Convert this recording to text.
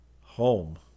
Home